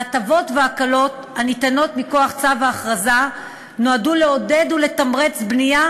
ההטבות וההקלות הניתנות מכוח צו ההכרזה נועדו לעודד ולתמרץ בנייה